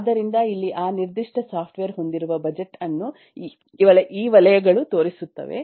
ಆದ್ದರಿಂದ ಇಲ್ಲಿ ಆ ನಿರ್ದಿಷ್ಟ ಸಾಫ್ಟ್ವೇರ್ ಹೊಂದಿರುವ ಬಜೆಟ್ ಅನ್ನು ಈ ವಲಯಗಳು ತೋರಿಸುತ್ತವೆ